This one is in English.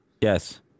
yes